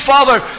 Father